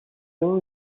two